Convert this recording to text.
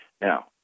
Now